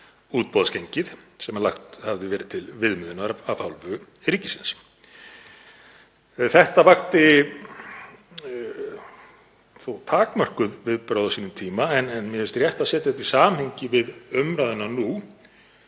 útboðsgengið sem lagt hafði verið til viðmiðunar af hálfu ríkisins. Þetta vakti þó takmörkuð viðbrögð á sínum tíma en mér finnst rétt að setja þetta í samhengi við umræðuna nú.